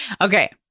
Okay